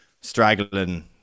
straggling